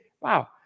wow